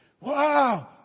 wow